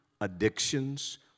addictions